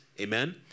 amen